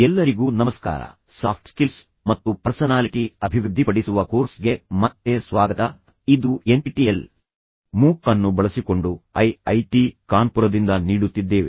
ಎಲ್ಲರಿಗೂ ನಮಸ್ಕಾರ soft skills ಮತ್ತು ಪರ್ಸನಾಲಿಟಿ ಅಭಿವೃದ್ಧಿ ಪಡಿಸುವ ಕೋರ್ಸ್ ಗೆ ಮತ್ತೆ ಸ್ವಾಗತ ಇದು ಎನ್ಪಿಟಿಇಎಲ್ ಮೂಕ್ ಅನ್ನು ಬಳಸಿಕೊಂಡು ಐ ಐ ಟಿ ಕಾನ್ಪುರದಿಂದ ನೀಡುತ್ತಿದ್ದೇವೆ